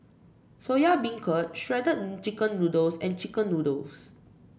Soya Beancurd Shredded Chicken Noodles and chicken noodles